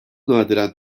nadiren